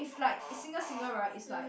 it's like is single single right it's like